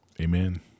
Amen